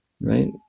right